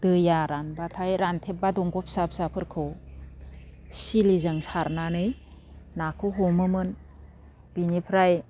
दैया रानबाथाय रानथेबबा दंग' फिसा फिसाफोरखौ सिलिजों सारनानै नाखौ हमोमोन बेनिफ्राय